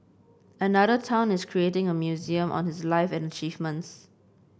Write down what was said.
another town is creating a museum on his life and achievements